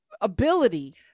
ability